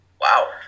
Wow